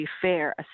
fair